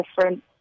different